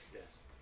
Yes